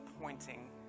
pointing